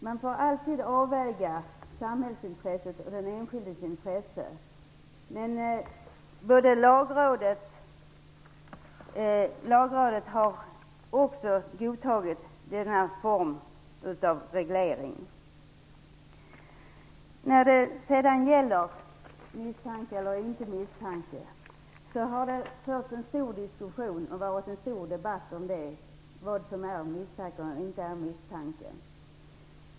Man får alltid avväga samhällsintresset mot den enskildes intresse, men också Lagrådet har godtagit denna form av reglering. Det har varit en stor diskussion och förts en stor debatt om detta med vad som är och vad som inte är misstanke.